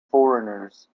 foreigners